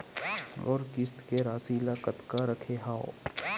मोर किस्त के राशि ल कतका रखे हाव?